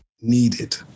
needed